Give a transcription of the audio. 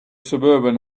suburban